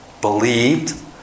believed